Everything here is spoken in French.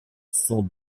sont